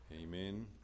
amen